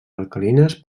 alcalines